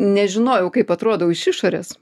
nežinojau kaip atrodau iš išorės